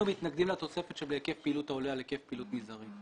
אנחנו מתנגדים לתוספת שבהיקף פעילות העולה על היקף פעילות מזערי.